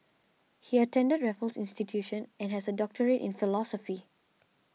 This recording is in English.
he attended Raffles Institution and has a doctorate in philosophy